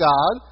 God